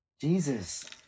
Jesus